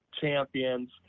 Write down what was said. champions